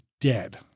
dead